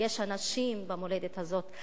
שיש אנשים במולדת הזאת.